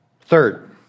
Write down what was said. Third